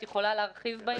את יכולה להרחיב בעניין?